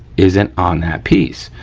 isn't on that piece.